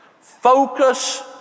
Focus